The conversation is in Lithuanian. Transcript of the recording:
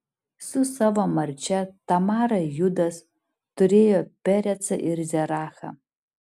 su savo marčia tamara judas turėjo perecą ir zerachą